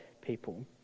people